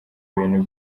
ibintu